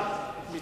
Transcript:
יכבד את הדיון.